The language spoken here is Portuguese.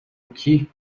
aqui